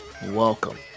Welcome